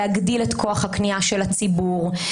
להגדיל את כוח הקנייה של הציבור,